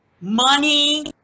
money